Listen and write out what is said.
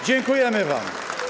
Dziękujemy wam.